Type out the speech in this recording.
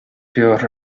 your